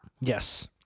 yes